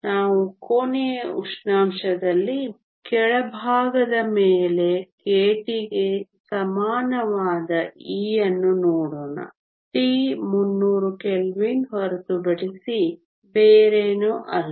ನಾವು ಕೋಣೆಯ ಉಷ್ಣಾಂಶದಲ್ಲಿ ಕೆಳಭಾಗದ ಮೇಲೆ kT ಗೆ ಸಮಾನವಾದ E ಅನ್ನು ನೋಡೋಣ T 300 ಕೆಲ್ವಿನ್ ಹೊರತುಪಡಿಸಿ ಬೇರೇನೂ ಅಲ್ಲ